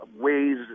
ways